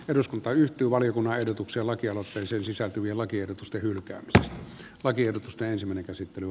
eduskunta yhtyvaliokunnan ehdotuksen lakialoitteisiin sisältyviä lakiehdotusten hylkää lakiehdotusta ensimmäinen toisiaan